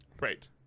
Right